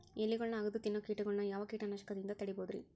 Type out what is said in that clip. ಎಲಿಗೊಳ್ನ ಅಗದು ತಿನ್ನೋ ಕೇಟಗೊಳ್ನ ಯಾವ ಕೇಟನಾಶಕದಿಂದ ತಡಿಬೋದ್ ರಿ?